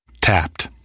Tapped